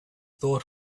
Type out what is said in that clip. thought